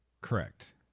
Correct